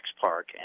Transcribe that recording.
Park